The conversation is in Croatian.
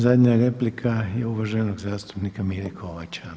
Zadnja replika uvaženog zastupnika Mire Kovača.